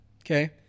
okay